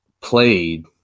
played